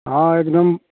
हँ एकदम